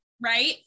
right